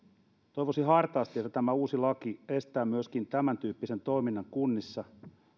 toivoisin hartaasti että tämä uusi laki estää myöskin tämäntyyppisen toiminnan kunnissa